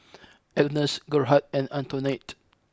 Agnes Gerhardt and Antoinette